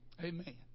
Amen